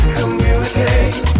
communicate